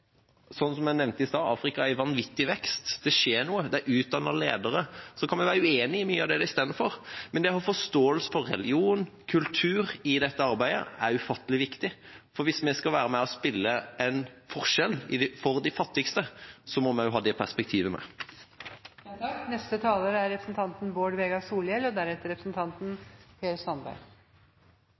i vanvittig vekst, det skjer noe, de utdanner ledere. Så kan vi være uenige i mye av det de står for, men det å ha forståelse for religion og kultur i dette arbeidet er ufattelig viktig. Hvis vi skal være med og gjøre en forskjell for de fattigste, må vi også ha det perspektivet med. Det er bra at regjeringa klarar å skape entusiasme for det dei meiner er deira prosjekt i deira eigne stortingsgrupper og